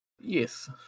Yes